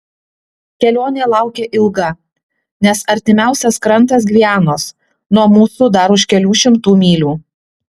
kelionė laukia ilga nes artimiausias krantas gvianos nuo mūsų dar už kelių šimtų mylių